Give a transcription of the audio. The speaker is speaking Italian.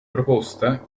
proposta